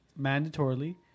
mandatorily